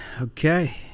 Okay